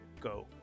go